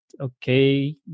okay